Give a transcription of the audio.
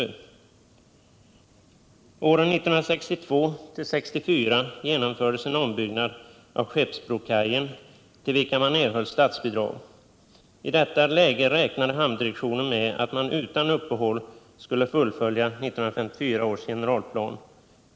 Åren 1962-1964 genomfördes en ombyggnad av Skeppsbrokajen, till vilken man erhöll statsbidrag. I detta läge räknade hamndirektionen med att man utan uppehåll skulle fullfölja 1954 års generalplan.